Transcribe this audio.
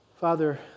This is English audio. Father